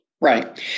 Right